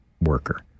worker